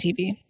TV